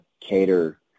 cater